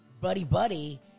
buddy-buddy